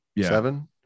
seven